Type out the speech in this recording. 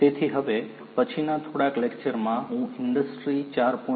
તેથી હવે પછીના થોડાક લેક્ચરમાં હું ઇન્ડસ્ટ્રી 4